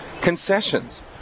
Concessions